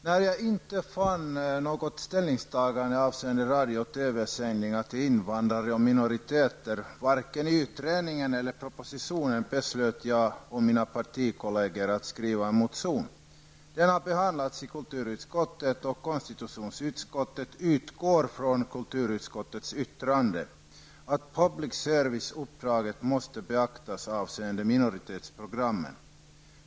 Herr talman! När jag varken i utredningen eller i propositionen kunde finna att man tagit ställning till radio och TV-sändningar till invandrare och minoriteter beslöt jag och mina partikolleger att skriva en motion. Den har nu behandlats i kulturutskottet och konstitutionsutskottet utgår från kulturutskottets yttrande om att public serviceuppdraget måste beaktas beträffande minoritetsprogrammen.